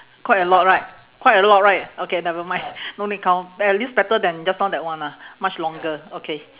quite a lot right quite a lot right okay never mind no need count but at least better than just now that one ah much longer okay